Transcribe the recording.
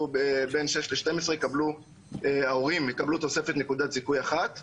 בין גילאי 6 עד 12 יקבלו תוספת של נקודת זיכוי אחת.